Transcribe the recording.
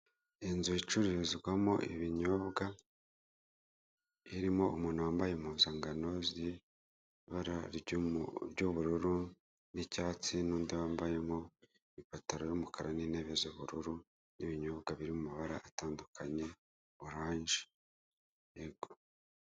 Inzu icurururizwamo ibinyobwa irimo umuntu wambaye impuzankano irimo ibara ry'ubururu, n'icyatsi n'undi wambayemo ipantaro y'umukara n'intebe z'ubururu n'ibinyobwa biri mumabara atandukanye, oranje yego.